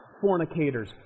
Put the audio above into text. fornicators